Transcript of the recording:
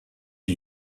est